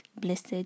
Blessed